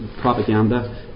propaganda